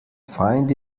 find